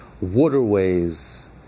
waterways